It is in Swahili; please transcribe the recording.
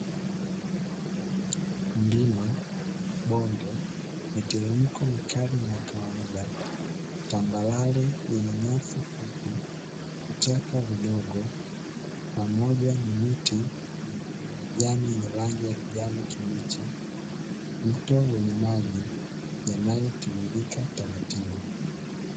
Milima, bonde, miteremko mikali na kawaida, tambarare yenye nyasi fupi, vichaka vidogo pamoja na miti, majani yenye rangi ya kijani kibichi, mto wenye maji yanayotililika taratibu.